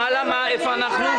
רוב נגד, מיעוט נמנעים, אין